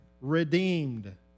redeemed